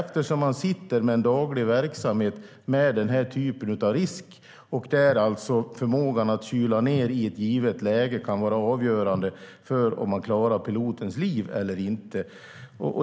Man sitter nämligen med en daglig verksamhet med den här typen av risk, där förmågan att kyla ned i ett givet läge kan vara avgörande för om man klarar pilotens liv eller inte.